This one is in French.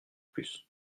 plus